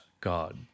God